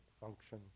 function